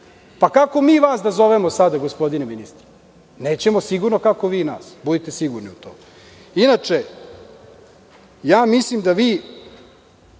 Pa kako mi vas sada da zovemo gospodine ministre? Nećemo sigurno kako vi nas. Budite sigurni u to. Inače, mislim da vi